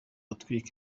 utwika